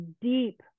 deep